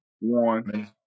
one